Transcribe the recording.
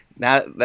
Now